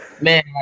Man